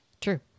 True